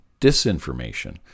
disinformation